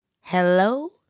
Hello